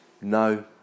no